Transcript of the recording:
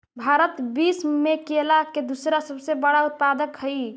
भारत विश्व में केला के दूसरा सबसे बड़ा उत्पादक हई